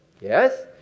yes